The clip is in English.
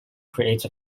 create